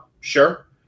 sure